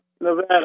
Nevada